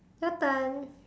your turn